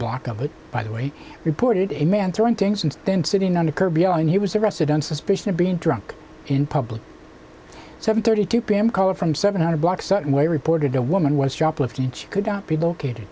block of it by the way reported a man throwing things and then sitting on the curb and he was arrested on suspicion of being drunk in public seven thirty two p m caller from seven hundred block certain way reported a woman was shoplifting which could not be located